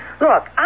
Look